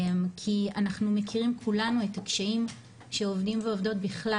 כי אנחנו מכירים כולנו את הקשיים שעובדים ועובדות בכלל